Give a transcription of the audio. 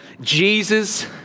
Jesus